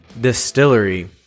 distillery